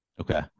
okay